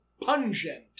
pungent